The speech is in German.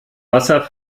wasser